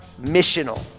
missional